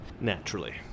naturally